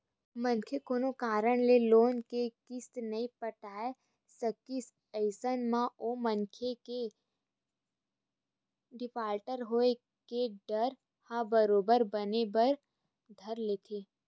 मनखे कोनो कारन ले लोन के किस्ती नइ पटाय सकिस अइसन म ओ मनखे के डिफाल्टर होय के डर ह बरोबर बने बर धर लेथे